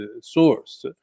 source